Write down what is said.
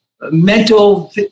mental